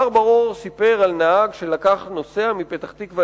מר בר-אור סיפר על נהג שלקח נוסע מפתח-תקווה